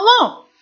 alone